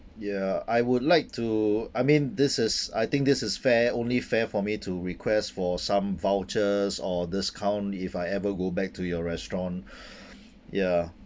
ya I would like to I mean this is I think this is fair only fair for me to request for some vouchers or discounts if I ever go back to your restaurant ya